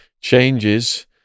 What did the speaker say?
changes